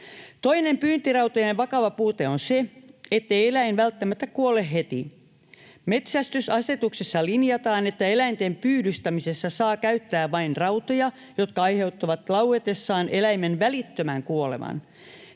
Toinen pyyntirautojen vakava puute on se, ettei eläin välttämättä kuole heti. Metsästysasetuksessa linjataan, että eläinten pyydystämisessä saa käyttää vain rautoja, jotka aiheuttavat lauetessaan eläimen välittömän kuoleman.